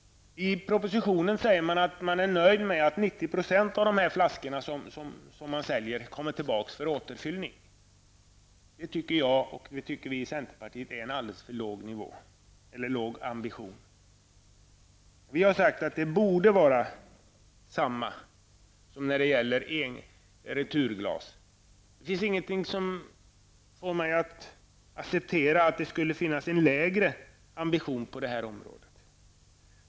I propositionen sägs att man är nöjd med att 90 % av de flaskor som säljs kommer tillbaka för återfyllning. Det tycker jag och vi i centerpartiet är en alldeles för låg ambition. Vi har sagt att nivån borde vara samma som för returglas. Det finns ingenting som kan få mig att acceptera att det skulle finnas en lägre ambition på detta område.